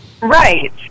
Right